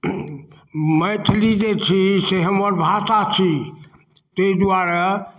मैथिली जे छी से हमर भाषा छी ताहि दुआरे